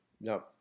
No